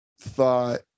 thought